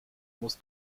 muss